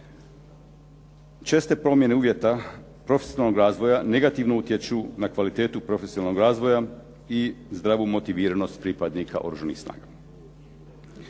Česte promjene uvjeta profesionalnog razvoja negativno utječu na kvalitetu profesionalnog razvoja i zdravu motiviranost pripadnika Oružanih snaga.